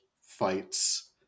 fights